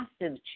massive